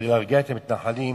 כדי להרגיע את המתנחלים,